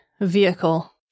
vehicle